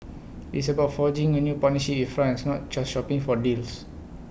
IT is about forging A new partnership with France not just shopping for deals